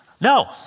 No